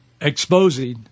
exposing